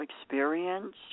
experience